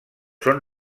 són